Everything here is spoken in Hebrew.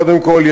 קודם כול,